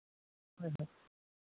ᱦᱳᱭ ᱦᱳᱭ